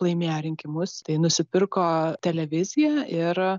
laimėjo rinkimus tai nusipirko televiziją ir